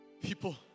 people